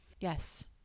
Yes